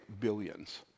billions